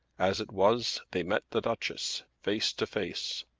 as it was they met the duchess face to face.